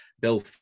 Bill